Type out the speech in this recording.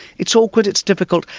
it's awkward, it's difficult.